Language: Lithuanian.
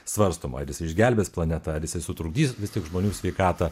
svarstoma ar jis išgelbės planetą ar jisai sutrukdys vis tik žmonių sveikatą